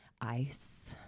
Ice